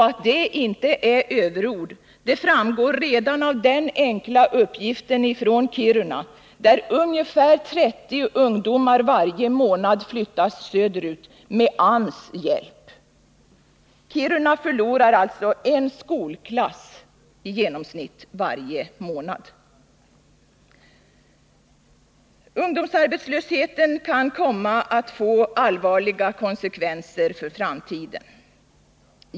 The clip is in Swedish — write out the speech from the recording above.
Att detta inte är överord framgår redan av den enkla uppgiften från Kiruna, att ungefär 30 ungdomar varje månad flyttar söderut med AMS hjälp. Kiruna förlorar alltså i genomsnitt en skolklass varje månad. Ungdomsarbetslösheten kan komma att få allvarliga konsekvenser för framtiden.